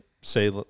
say